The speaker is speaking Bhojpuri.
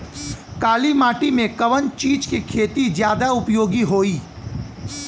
काली माटी में कवन चीज़ के खेती ज्यादा उपयोगी होयी?